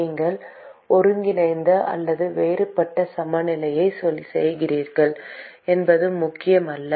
நீங்கள் ஒருங்கிணைந்த அல்லது வேறுபட்ட சமநிலையைச் செய்கிறீர்களா என்பது முக்கியமில்லை